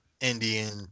Indian